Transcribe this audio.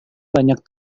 banyak